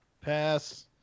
Pass